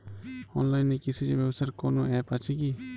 অনলাইনে কৃষিজ ব্যবসার কোন আ্যপ আছে কি?